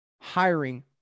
hiring